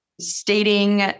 stating